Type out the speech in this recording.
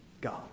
God